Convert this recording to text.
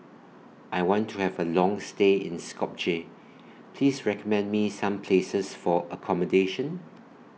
I want to Have A Long stay in Skopje Please recommend Me Some Places For accommodation